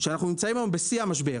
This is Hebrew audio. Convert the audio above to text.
שאנחנו נמצאים היום בשיא המשבר,